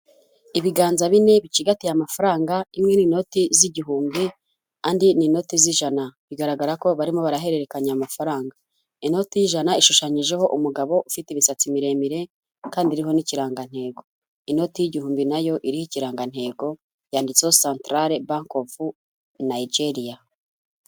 Ibiganza bine bicigatiye amafaranga, imwe n'inota z'igihumbi andi ni inote z'ijana, bigaragara ko barimo barahererekanya amafaranga. Inoti y'ijana ishushanyijeho umugabo ufite imisatsi miremire kandi iriho n'ikirangantego, inoti y'igihumbi nayo iriho ikirangantego yanditseho santarare banke ofu Nayigeriya.